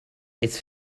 his